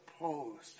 opposed